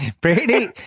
Brady